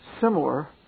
similar